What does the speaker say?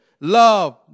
love